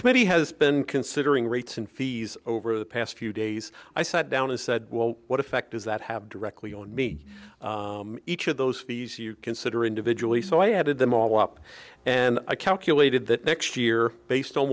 committee has been considering rates and fees over the past few days i sat down and said well what effect does that have directly on me each of those these you consider individually so i added them all up and i calculated that next year based on